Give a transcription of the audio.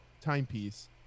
timepiece